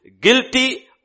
guilty